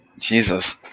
Jesus